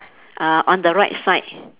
uh on the right side